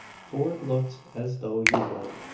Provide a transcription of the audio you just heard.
fort looked as though he would,